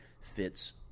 fits